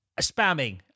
Spamming